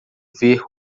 ver